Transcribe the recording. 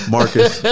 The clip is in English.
Marcus